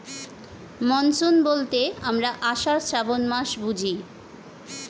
monsoon বলতে আমরা আষাঢ়, শ্রাবন মাস বুঝি